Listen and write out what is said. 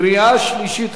קריאה שלישית,